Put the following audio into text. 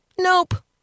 nope